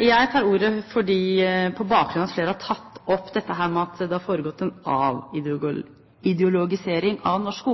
Jeg tar ordet på bakgrunn av at flere har tatt opp dette med at det har foregått en avideologisering av norsk